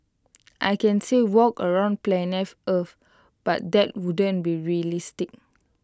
I can say walk around planet earth but that wouldn't be realistic